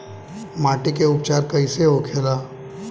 माटी के उपचार कैसे होखे ला?